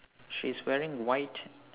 she's wearing white